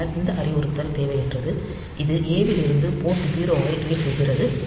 பின்னர் இந்த அறிவுறுத்தல் தேவையற்றது இது ஏ லிருந்து போர்ட் 0 ஐ ரீட் செய்கிறது